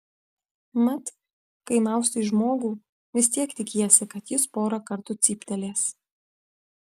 mat kai maustai žmogų vis tiek tikiesi kad jis porą kartų cyptelės